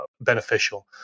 beneficial